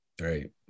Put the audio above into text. Right